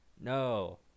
No